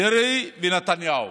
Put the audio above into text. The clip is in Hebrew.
דרעי ונתניהו.